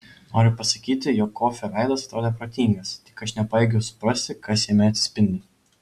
noriu pasakyti jog kofio veidas atrodė protingas tik aš nepajėgiau suprasti kas jame atsispindi